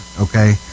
Okay